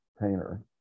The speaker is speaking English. painter